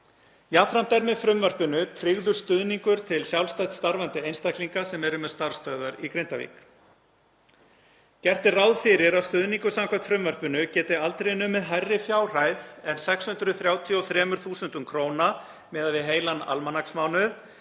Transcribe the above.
Jafnframt er með frumvarpinu tryggður stuðningur til sjálfstætt starfandi einstaklinga sem eru með starfsstöðvar í Grindavík. Gert er ráð fyrir að stuðningur samkvæmt frumvarpinu geti aldrei numið hærri fjárhæð en 633.000 kr. miðað við heilan almanaksmánuð